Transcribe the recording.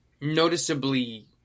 noticeably